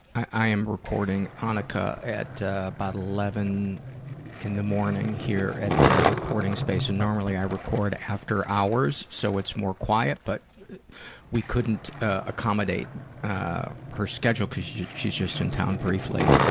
i am recording anneke ah at about eleven in the morning here at the recording space and normally i record after hours so it's more quiet but we couldn't accommodate her schedule, because she's just in town briefly.